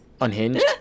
unhinged